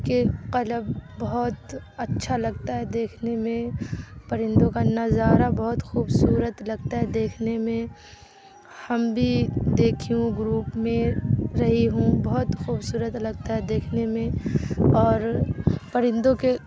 کے قلب بہت اچھا لگتا ہے دیکھنے میں پرندوں کا نظارہ بہت خوبصورت لگتا ہے دیکھنے میں ہم بھی دیکھی ہوں گروپ میں رہی ہوں بہت خوبصورت لگتا ہے دیکھنے میں اور پرندوں کے